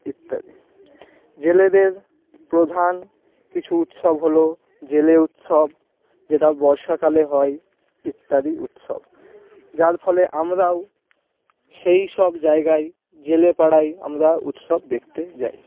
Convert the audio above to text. ইত্যাদি জেলেদের প্রধান কিছু উৎসব হলো জেলে উৎসব যেটা বর্ষাকালে হয় ইত্যাদি উৎসব যার ফলে আমরাও সেই সব জায়গায় জেলেপাড়ায় আমরা উৎসব দেখতে যাই